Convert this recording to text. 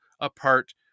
apart